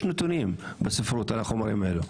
יש נתונים בספרות על החומרים הללו.